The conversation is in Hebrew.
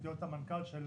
להיות המנכ"ל של